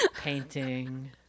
painting